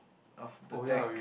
of the deck